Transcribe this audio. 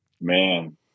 Man